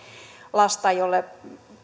lasta jolle